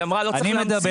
היא אמרה לא צריך להמציא.